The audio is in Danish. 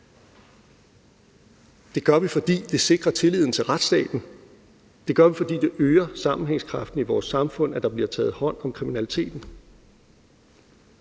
Det gør vi, fordi det sikrer tilliden til retsstaten. Det gør vi, fordi det øger sammenhængskraften i vores samfund, at der bliver taget hånd om kriminaliteten.